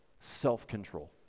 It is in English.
self-control